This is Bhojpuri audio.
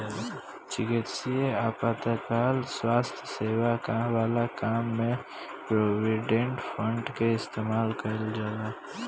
चिकित्सकीय आपातकाल स्वास्थ्य सेवा वाला काम में प्रोविडेंट फंड के इस्तेमाल कईल जाला